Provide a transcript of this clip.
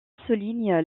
souligne